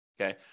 Okay